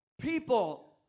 People